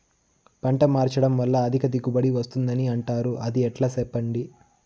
పంట మార్చడం వల్ల అధిక దిగుబడి వస్తుందని అంటారు అది ఎట్లా సెప్పండి